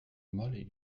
moly